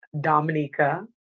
Dominica